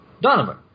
Donovan